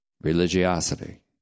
religiosity